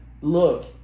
look